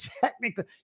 technically